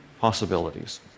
possibilities